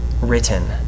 written